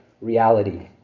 reality